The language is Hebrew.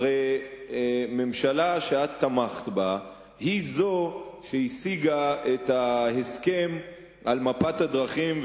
שהרי ממשלה שאת תמכת בה היא שהשיגה את ההסכם על מפת הדרכים,